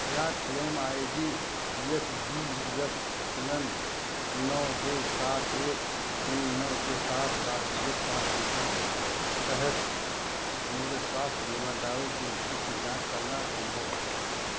क्या claim I D H B F N नौ दो सात एक तीन नौ के साथ राष्ट्रीय स्वास्थ्य मिशन के तहत मेरे स्वास्थ्य बीमा दावे की स्थिति की जांच करना सम्भव है